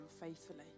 faithfully